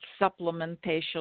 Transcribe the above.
supplementation